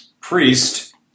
Priest